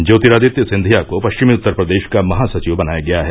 ज्योतिरादित्य सिंधिया को पश्चिमी उत्तर प्रदेश का महासचिव बनाया गया है